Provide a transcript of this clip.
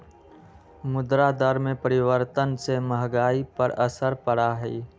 मुद्रा दर में परिवर्तन से महंगाई पर असर पड़ा हई